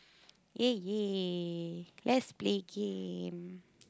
ya ya let's play game